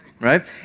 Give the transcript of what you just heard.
right